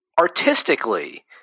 artistically